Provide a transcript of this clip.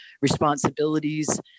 responsibilities